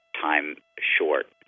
time-short